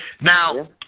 Now